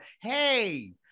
hey